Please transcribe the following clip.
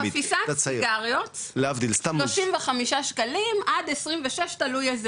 חפיסת סיגריות 35 שקלים עד 26, תלוי איזה